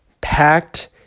packed